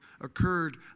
occurred